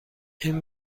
این